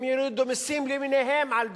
אם יורידו מסים למיניהם על דירות,